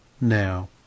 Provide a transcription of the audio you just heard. now